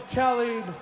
telling